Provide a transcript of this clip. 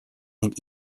ning